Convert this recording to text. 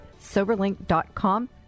soberlink.com